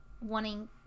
wanting